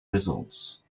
results